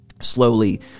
Slowly